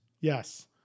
Yes